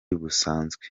busanzwe